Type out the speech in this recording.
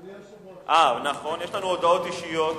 אדוני היושב-ראש, נכון, יש לנו הודעות אישיות.